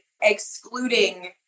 excluding